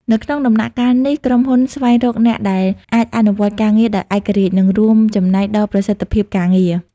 នៅក្នុងដំណាក់កាលនេះ ក្រុមហ៊ុនស្វែងរកអ្នកដែលអាចអនុវត្តការងារដោយឯករាជ្យ និងរួមចំណែកដល់ប្រសិទ្ធភាពការងារ។